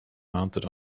mounted